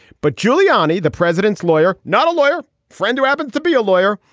but giuliani the president's lawyer not a lawyer friend who happens to be a lawyer.